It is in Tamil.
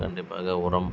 கண்டிப்பாக உரம்